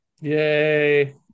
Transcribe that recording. Yay